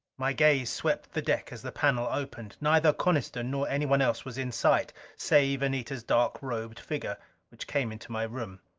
my gaze swept the deck as the panel opened. neither coniston nor anyone else was in sight, save anita's dark-robed figure which came into my room.